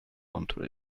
contro